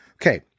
Okay